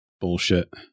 bullshit